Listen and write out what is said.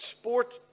sport